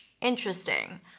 interesting